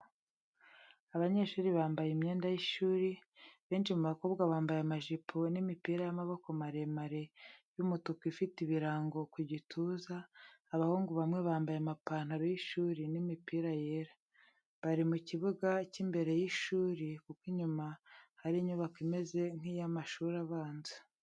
Abanyeshuri bambaye imyenda y’ishuri benshi mu bakobwa bambaye amajipo n’imipira y’amaboko maremare y’umutuku ifite ibirango ku gituza, abahungu bamwe bambaye amapantaro y’ishuri n’imipira yera. Bari mu kibuga cy’imbere y’ishuri, kuko inyuma hari inyubako imeze nk’iy’amashuri abanza.